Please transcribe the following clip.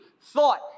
thought